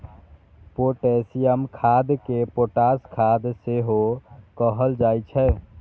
potassium खाद कें potash खाद सेहो कहल जाइ छै